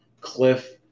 Cliff